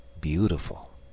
beautiful